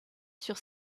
sur